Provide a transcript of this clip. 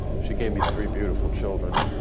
she gave me three beautiful children.